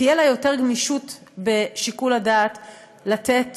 תהיה לה יותר גמישות בשיקול הדעת לתת